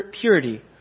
purity